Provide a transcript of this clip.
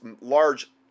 large